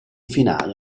finale